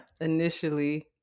Initially